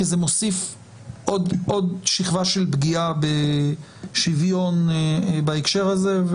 כי זה מוסיף עוד שכבה של פגיעה בשוויון בהקשר הזה.